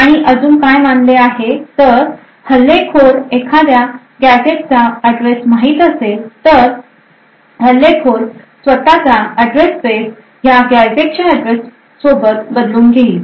आणि अजून काय मानले आहे तर हल्लेखोराला एखाद्या gadget चा address माहित असेल तर हल्लेखोर स्वतःचा address space ह्या gadget च्या address सोबत बदलून घेईल